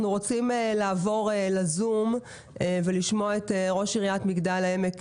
אנחנו רוצים לעבור לזום ולשמוע את ראש עיריית מגדל העמק,